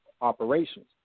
Operations